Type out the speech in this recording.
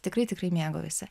tikrai tikrai mėgaujasi